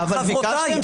אבל ביקשתם,